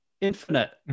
Infinite